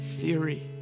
theory